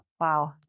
Wow